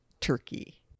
turkey